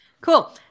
Cool